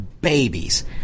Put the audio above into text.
babies